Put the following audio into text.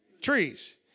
trees